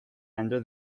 enter